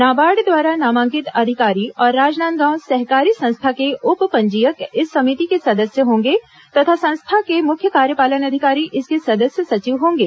नाबार्ड द्वारा नामांकित अधिकारी और राजनांदगांव सहकारी संस्था के उप पंजीयक इस समिति के सदस्य होंगे तथा संस्था के मुख्य कार्यपालन अधिकारी इसके सदस्य सचिव होंगे